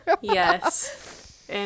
Yes